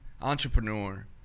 entrepreneur